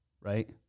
right